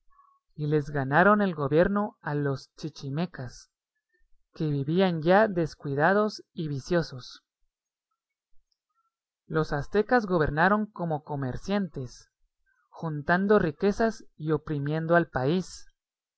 y les ganaron el gobierno a los chichimecas que vivían ya descuidados y viciosos los aztecas gobernaron como comerciantes juntando riquezas y oprimiendo al país